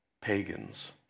pagans